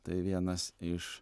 tai vienas iš